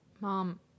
Mom